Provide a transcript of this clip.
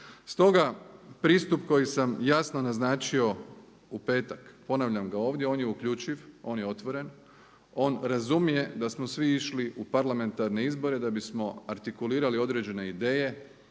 Stoga pristup koji sam jasno naglasio u petak, ponavljam ga ovdje, on je ukuljčiv, on je otvoren, on razumije da smo svi išli u parlamentarne izbore da bismo artikulirali određene ideje,